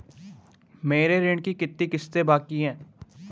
मेरे ऋण की कितनी किश्तें बाकी हैं?